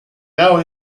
now